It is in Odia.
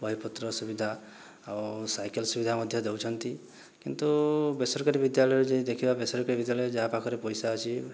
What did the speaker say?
ବହିପତ୍ର ସୁବିଧା ଆଉ ସାଇକେଲ ସୁବିଧା ମଧ୍ୟ ଦେଉଛନ୍ତି କିନ୍ତୁ ବେସରକାରୀ ବିଦ୍ୟାୟଳରେ ଯଦି ଦେଖିବା ବେସରକାରୀ ବିଦ୍ୟାଳୟ ଯାହା ପାଖରେ ପଇସା ଅଛି